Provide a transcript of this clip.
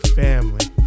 family